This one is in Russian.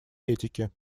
этики